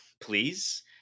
please